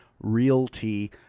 Realty